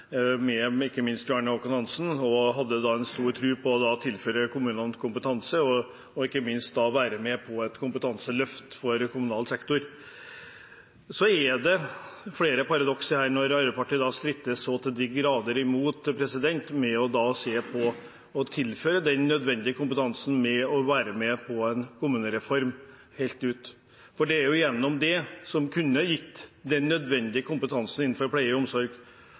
med ikke minst Bjarne Håkon Hanssen – og da hadde stor tro på å tilføre kommunene kompetanse og ikke minst var med på et kompetanseløft for kommunal sektor. Så er det flere paradokser her når Arbeiderpartiet stritter så til de grader imot å se på og tilføre den nødvendige kompetansen ved å være med på en kommunereform helt ut. Det er jo det som kunne gitt den nødvendige kompetansen innenfor pleie og omsorg.